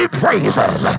praises